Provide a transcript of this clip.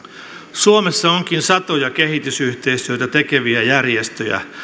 suomessa onkin satoja kehitysyhteistyötä tekeviä järjestöjä